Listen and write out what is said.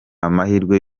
amahirwe